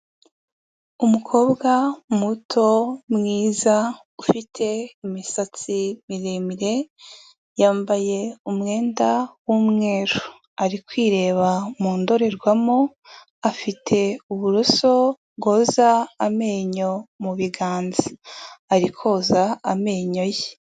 Umukobwa muto, mwiza, ufite imisatsi miremire, yambaye umwenda w'umweru ari kwireba mu ndorerwamo, afite uburoso bwoza amenyo mu biganza, ari koza amenyo ye.